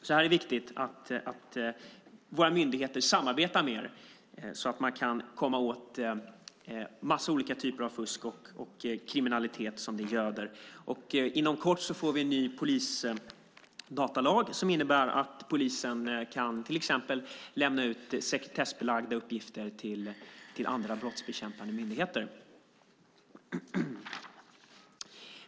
Det är alltså viktigt att våra myndigheter samarbetar mer för att kunna komma åt en massa olika typer av fusk och kriminalitet som det göder. Inom kort får vi en ny polisdatalag som innebär att polisen till exempel kan lämna ut sekretessbelagda uppgifter till andra brottsbekämpande myndigheter.